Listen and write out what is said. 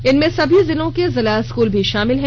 इनमें सभी जिलों के जिला स्कूल भी शामिल हैं